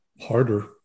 harder